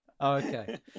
okay